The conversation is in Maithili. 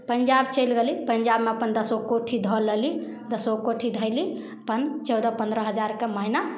पैनजाब चलि गेली पैनजाबमे अपन दसो कोठी धऽ लेली दसो कोठी धएली अपन चौदह पनरह हजारके महिना